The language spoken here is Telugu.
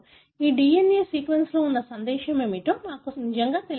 ఈ DNA సీక్వెన్స్లో ఉన్న సందేశం ఏమిటో మాకు నిజంగా తెలియదు